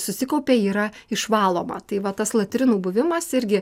susikaupia yra išvaloma tai va tas latrinų buvimas irgi